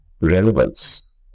relevance